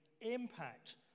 impact